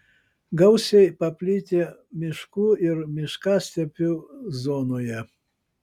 gausiai paplitę miškų ir miškastepių zonoje